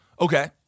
Okay